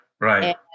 right